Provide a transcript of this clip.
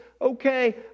Okay